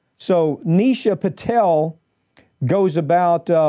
so nisha patel goes about,